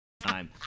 time